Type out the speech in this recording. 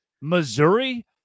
Missouri